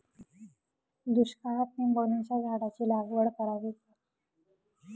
दुष्काळात निंबोणीच्या झाडाची लागवड करावी का?